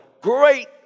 great